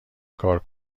کار